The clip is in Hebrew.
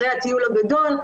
אחרי הטיול הגדול,